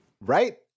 Right